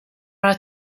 are